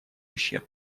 ущерб